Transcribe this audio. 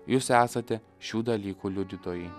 jūs esate šių dalykų liudytojai